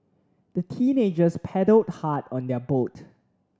the teenagers paddled hard on their boat